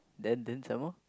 then then some more